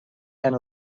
and